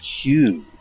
huge